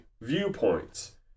viewpoints